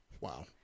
Wow